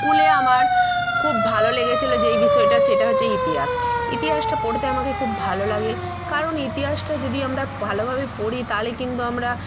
স্কুলে আমার খুব ভালো লেগেছিলো যেই বিষয়টা সেটা হচ্ছে ইতিহাস ইতিহাসটা পড়তে আমাকে খুব ভালো লাগে কারণ ইতিহাসটা যদি আমরা ভালোভাবে পড়ি তালে কিন্তু আমরা